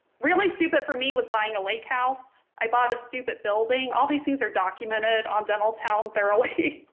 really stupid for me was buying a lake house i bought a stupid building all these things are documented on dentaltown thoroughly.